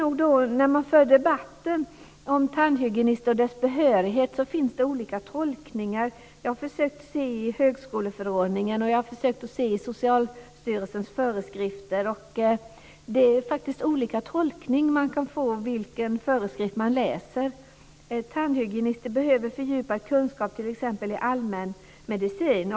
När man för debatten om tandhygienister och deras behörighet finns det olika tolkningar. Jag har försökt titta i högskoleförordningen och i Socialstyrelsens föreskrifter. Det är faktiskt olika tolkningar beroende på vilken föreskrift man läser. Tandhygienister behöver fördjupad kunskap i t.ex. allmänmedicin.